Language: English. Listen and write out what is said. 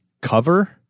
cover